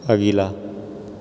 अगिला